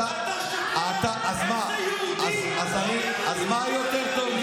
אתה יודע אם אני אוכל כשר?